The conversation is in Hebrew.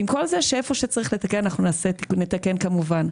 עם כל זה שאיפה שצריך לתקן אנחנו נתקן כמובן.